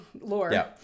lore